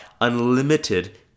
unlimited